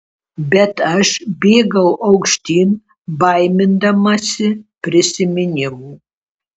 bet aš bėgau aukštyn baimindamasi prisiminimų